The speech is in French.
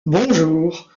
bonjour